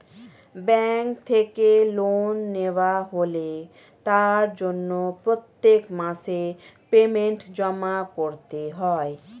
bank থেকে loan নেওয়া হলে তার জন্য প্রত্যেক মাসে পেমেন্ট জমা করতে হয়